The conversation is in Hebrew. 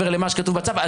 בצו.